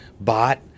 bot